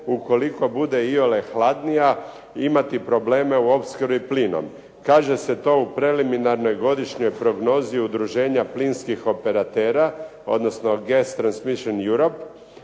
ukoliko bude iole hladnija imati probleme u opskrbi plinom. Kaže se to u preliminarnoj godišnjoj prognozi Udruženja plinskih operatera, odnosno … /Govornik se